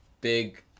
big